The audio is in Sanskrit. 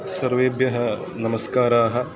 सर्वेभ्यः नमस्काराः